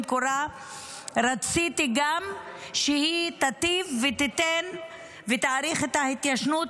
במקור רציתי שהיא גם תיטיב ותאריך את ההתיישנות